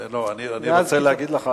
אני רוצה להגיד לך,